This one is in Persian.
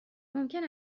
ممکن